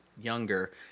younger